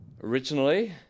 Originally